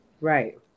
Right